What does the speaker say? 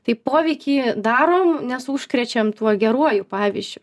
tai poveikį daro nes užkrečiam tuo geruoju pavyzdžiu